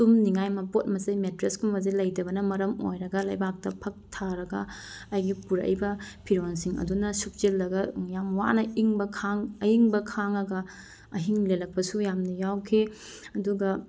ꯇꯨꯝꯅꯤꯉꯥꯏ ꯃꯄꯣꯠ ꯃꯆꯩ ꯃꯦꯇ꯭ꯔꯦꯁꯀꯨꯝꯕꯁꯦ ꯂꯩꯇꯕꯅ ꯃꯔꯝ ꯑꯣꯏꯔꯒ ꯂꯩꯕꯥꯛꯇ ꯐꯛ ꯊꯥꯔꯒ ꯑꯩꯒꯤ ꯄꯨꯔꯛꯏꯕ ꯐꯤꯔꯣꯟꯁꯤꯡ ꯑꯗꯨꯅ ꯁꯨꯞꯆꯤꯜꯂꯒ ꯌꯥꯝ ꯋꯥꯅ ꯑꯌꯤꯡꯕ ꯈꯥꯡꯉꯒ ꯑꯍꯤꯡ ꯂꯦꯛꯂꯛꯄꯁꯨ ꯌꯥꯝꯅ ꯌꯥꯎꯈꯤ ꯑꯗꯨꯒ